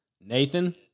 Nathan